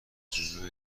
جلو